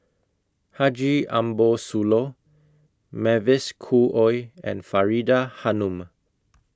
Haji Ambo Sooloh Mavis Khoo Oei and Faridah Hanum